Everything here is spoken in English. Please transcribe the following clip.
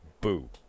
boo